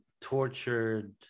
tortured